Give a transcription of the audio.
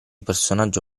personaggio